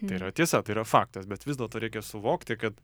tai yra tiesa tai yra faktas bet vis dėlto reikia suvokti kad